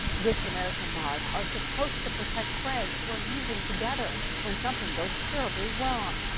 good samaritan laws are supposed to protect friends who are using together when something goes terribly wrong.